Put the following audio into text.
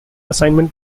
assignment